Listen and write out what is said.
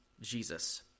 Jesus